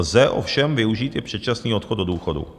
Lze ovšem využít i předčasný odchod do důchodu.